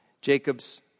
Jacob's